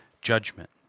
judgment